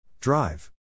Drive